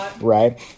Right